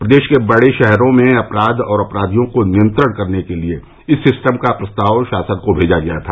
प्रदेश के बड़े शहरो में अपराध और अपराधियों को नियंत्रण करने के लिए इस सिस्टम का प्रस्ताव शासन को भेजा गया था